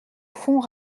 fond